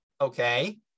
okay